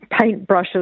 paintbrushes